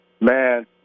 man